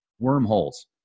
wormholes